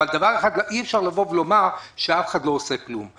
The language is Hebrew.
אבל אי אפשר לומר שאף אחד לא עושה כלום.